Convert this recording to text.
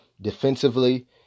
defensively